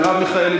מרב מיכאלי,